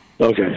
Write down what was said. Okay